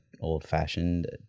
old-fashioned